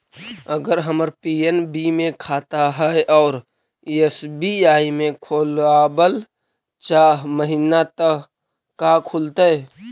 अगर हमर पी.एन.बी मे खाता है और एस.बी.आई में खोलाबल चाह महिना त का खुलतै?